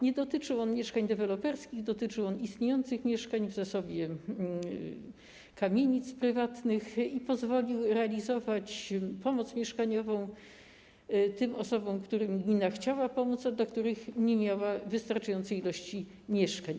Nie dotyczy on mieszkań deweloperskich, lecz istniejących mieszkań w zasobie kamienic prywatnych i pozwolił realizować pomoc mieszkaniową tym osobom, którym gmina chciała pomóc, a dla których nie miała wystarczającej ilości mieszkań.